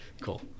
Cool